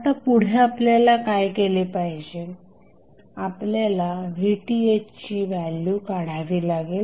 आता पुढे आपल्याला काय केले पाहिजे आपल्याला VTh ची व्हॅल्यू काढावी लागेल